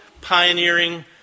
pioneering